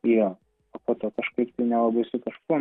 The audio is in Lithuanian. jo o po to kažkaip tai nelabai su kažkuom